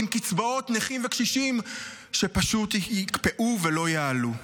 עם קצבאות נכים וקשישים שפשוט יקפאו ולא יעלו.